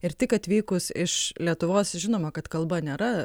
ir tik atvykus iš lietuvos žinoma kad kalba nėra